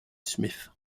smith